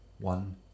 one